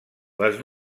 les